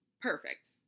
perfect